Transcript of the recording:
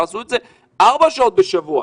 תעשו את זה ארבע שעות בשבוע,